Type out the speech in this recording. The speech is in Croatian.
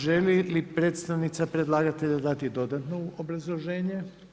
Želi li predstavnica predlagatelja dati dodatno obrazloženje?